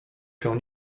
się